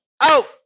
Out